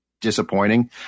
disappointing